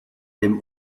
dem